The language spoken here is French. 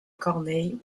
corneille